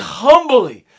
humbly